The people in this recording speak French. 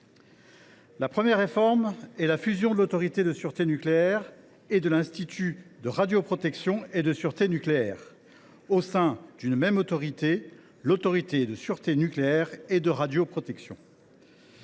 La première réforme est la fusion de l’Autorité de sûreté nucléaire (ASN) et de l’Institut de radioprotection et de sûreté nucléaire (IRSN) au sein d’une même autorité, l’Autorité de sûreté nucléaire et de radioprotection